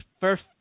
first